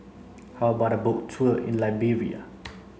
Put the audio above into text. how about a boat tour in Liberia